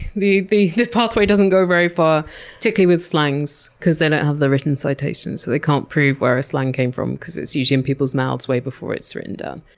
the the pathway doesn't go very far particularly with slangs because they don't have the written citations, so they can't prove where a slang came from cause it's usually in people's mouths way before it's written down.